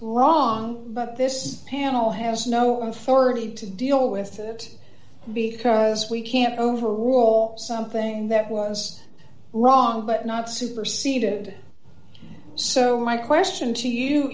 long but this panel has no authority to deal with it because we can't overall something that was wrong but not superseded so my question to you